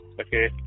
Okay